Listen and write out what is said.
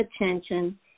attention